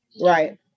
Right